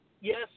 yes